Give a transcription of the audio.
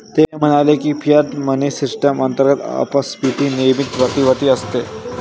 ते म्हणाले की, फियाट मनी सिस्टम अंतर्गत अपस्फीती नेहमीच प्रतिवर्ती असते